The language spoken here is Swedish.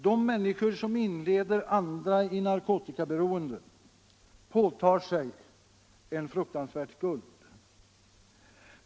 De människor som inleder andra i narkotikaberoende påtar sig en stor skuld.